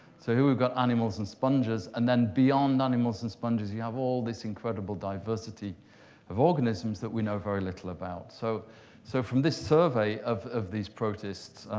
so here we've got animals and sponges. and then beyond animals and sponges, you have all this incredible diversity of organisms that we know very little about. so so from this survey of of these protists,